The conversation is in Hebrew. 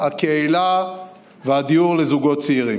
הקהילה והדיור לזוגות צעירים.